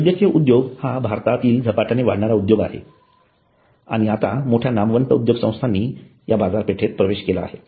वैद्यकीय उद्योग हा भारतातील झपाट्याने वाढणारा उद्योग आहे आणि आता मोठ्या नामवंत उद्योगसंस्थांनी या बाजारपेठेत प्रवेश केला आहे